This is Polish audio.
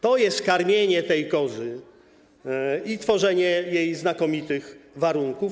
To jest karmienie tej kozy i tworzenie jej znakomitych warunków.